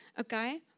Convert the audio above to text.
Okay